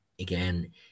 again